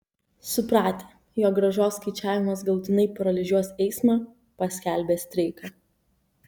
supratę jog grąžos skaičiavimas galutinai paralyžiuos eismą paskelbė streiką